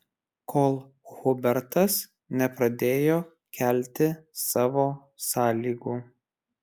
kol hubertas nepradėjo kelti savo sąlygų